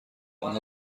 آنها